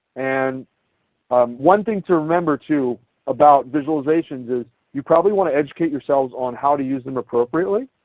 and one thing to remember too about visualizations is you probably want to educate yourselves on how to use them appropriately.